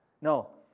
No